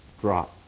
drop